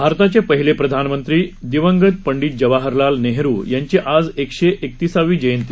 भारताचे पहिले प्रधानमंत्री दिवंगत पंडित जवाहरलाल नेहरु यांची आज एकशे एकतीसावी जयंती